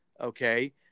okay